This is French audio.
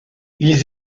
ils